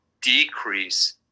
decrease